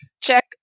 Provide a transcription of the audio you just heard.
check